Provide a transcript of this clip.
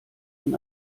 ihm